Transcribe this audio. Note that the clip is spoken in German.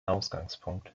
ausgangspunkt